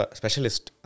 specialist